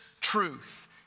truth